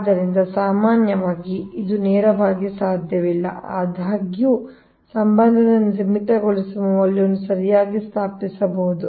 ಆದ್ದರಿಂದ ಸಾಮಾನ್ಯವಾಗಿ ಇದು ನೇರವಾಗಿ ಸಾಧ್ಯವಿಲ್ಲ ಆದಾಗ್ಯೂ ಸಂಬಂಧದ ಸೀಮಿತಗೊಳಿಸುವ ಮೌಲ್ಯಗಳನ್ನು ಸರಿಯಾಗಿ ಸ್ಥಾಪಿಸಬಹುದು